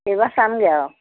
এইবাৰ চামগৈ আৰু